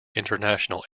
international